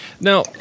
Now